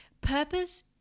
purpose